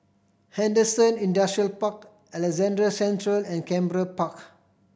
Henderson Industrial Park Alexandra Central and Canberra Park